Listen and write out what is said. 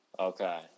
Okay